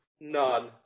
None